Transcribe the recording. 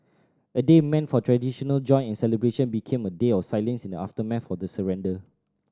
a day meant for traditional joy and celebration became a day of silence in the aftermath of the surrender